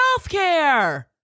healthcare